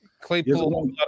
Claypool